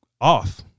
off